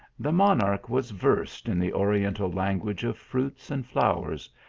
the monarch was versed in the oriental language of fruits and flowers,